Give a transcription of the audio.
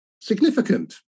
significant